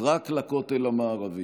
רק לכותל המערבי.